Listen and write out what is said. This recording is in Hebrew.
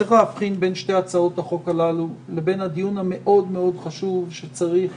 שצריכים להבחין בין שתי הצעות החוק הללו לבין הדיון החשוב שצריך